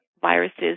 viruses